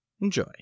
Enjoy